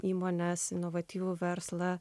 įmones inovatyvų verslą